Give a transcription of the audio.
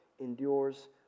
endures